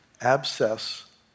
abscess